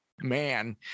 man